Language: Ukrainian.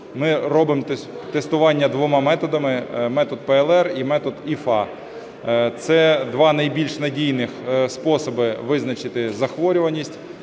Ми робимо тестування двома методами – метод ПЛР і метод ІФА. Це два найбільш надійних способи визначити захворюваність.